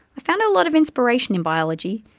i found a lot of inspiration in biology,